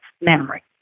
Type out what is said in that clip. memory